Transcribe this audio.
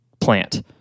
plant